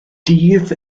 dydd